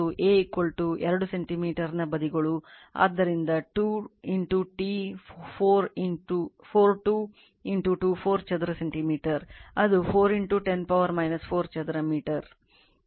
06 metre ಮತ್ತು A 2 centimetre ನ ಬದಿಗಳು ಆದ್ದರಿಂದ 2 t 4 2 2 4 ಚದರ ಸೆಂಟಿಮೀಟರ್ ಅದು 4 10 ಪವರ್ 4 ಚದರ ಮೀಟರ್